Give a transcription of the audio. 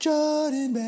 Jordan